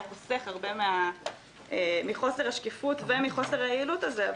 חוסך הרבה מחוסר השקיפות ומחוסר היעילות הזה,